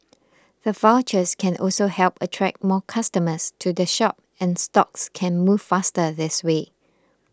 the vouchers can also help attract more customers to the shop and stocks can move faster this way